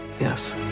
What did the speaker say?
Yes